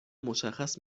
مشخص